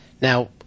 Now